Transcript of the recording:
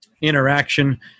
interaction